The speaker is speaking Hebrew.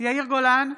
יאיר גולן,